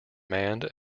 manned